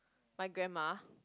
my grandma